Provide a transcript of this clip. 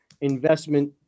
investment